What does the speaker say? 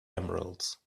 emeralds